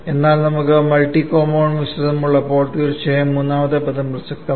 എന്നാൽ നമുക്ക് multi compound മിശ്രിതം ഉള്ളപ്പോൾ തീർച്ചയായും മൂന്നാമത്തെ പദം പ്രസക്തമാണ്